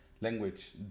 Language